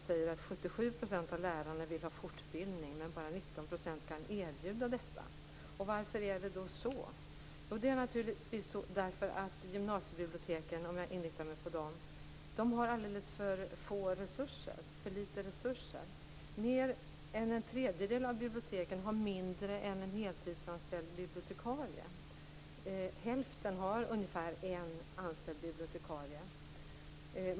77 % av lärarna vill ha fortbildning, men bara 19 % av skolorna kan erbjuda detta. Varför är det då så? Jo, det är naturligtvis för att gymnasiebiblioteken, om jag inriktar mig på dem, har alldeles för litet resurser. Mer än en tredjedel av biblioteken har mindre än en heltidsanställd bibliotekarie. Hälften har ungefär en anställd bibliotekarie.